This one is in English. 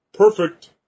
Perfect